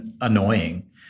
annoying